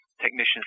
technicians